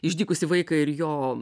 išdykusį vaiką ir jo